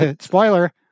spoiler